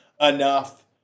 enough